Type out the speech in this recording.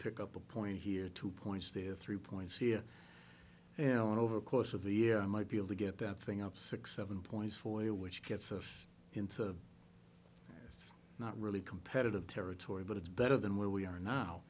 pick up a point here two points there three points here and over the course of the year i might be able to get that thing up six seven points for you which gets us into it's not really competitive territory but it's better than where we are now